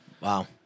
Wow